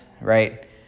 right